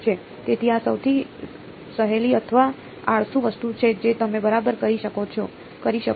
તેથી આ સૌથી સહેલી અથવા આળસુ વસ્તુ છે જે તમે બરાબર કરી શકો